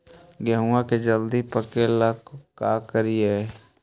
गेहूं के जल्दी पके ल का करियै?